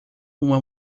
uma